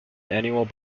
annual